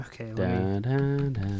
Okay